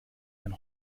ein